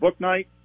Booknight